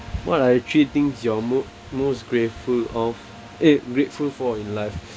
what are the three things you're mo~ most grateful of eh grateful for in life